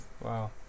Wow